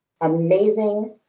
amazing